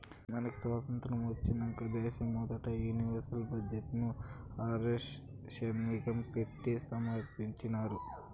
మనకి సాతంత్రం ఒచ్చినంక దేశ మొదటి యూనియన్ బడ్జెట్ ను ఆర్కే షన్మగం పెట్టి సమర్పించినారు